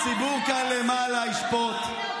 הציבור כאן למעלה ישפוט.